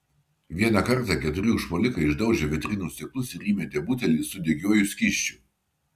vieną kartą keturi užpuolikai išdaužė vitrinų stiklus ir įmetė butelį su degiuoju skysčiu